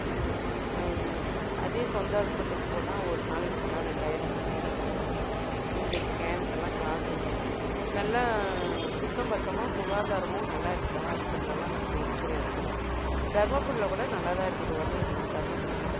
அதே சொந்த ஹாஸ்பிட்டலுக்கு போனால் ஒரு நாளைக்கு போனால் ரெண்டாயிரம் மூணாயிரம் செலவாகும் இங்கே ஸ்கேன்க்கெல்லாம் காசு இல்லை நல்லா சுத்தபத்தமும் சுகாதாரமும் நல்லாயிருக்குது ஹாஸ்பிட்டல்லெலாம் நாங்கள் இருக்கிற இடத்துல தர்மபுரியில் கூட நல்லாதான் இருக்குது வந்துன்னு இருக்கிறோம் தர்மபுரிக்கும்